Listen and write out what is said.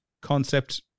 concept